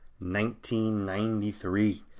1993